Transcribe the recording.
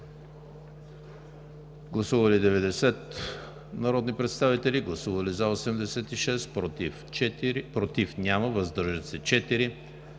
Гласували 90 народни представители: за 86, против няма, въздържали се 4.